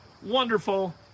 Wonderful